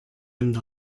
une